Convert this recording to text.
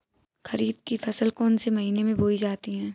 खरीफ की फसल कौन से महीने में बोई जाती है?